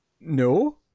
No